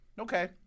Okay